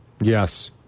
Yes